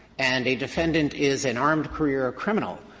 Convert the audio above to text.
and a defendant is an armed career criminal,